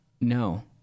No